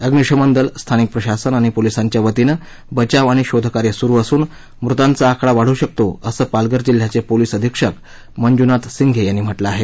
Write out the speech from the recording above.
अग्निशमन दल स्थानिक प्रशासन आणि पोलीसांच्या वतीनं बचाव आणि शोधकार्य सुरु असून मृतांचा आकडा वाढू शकतो असं पालघर जिल्ह्याचे पोलीस अधीक्षक मंजुनाथ सिंघे यांनी म्हटलं आहे